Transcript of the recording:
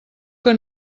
que